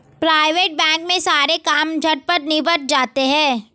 private bank में सारे काम झटपट निबट जाते हैं